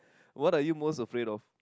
what are you most afraid of